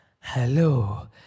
Hello